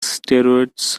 steroids